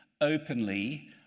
openly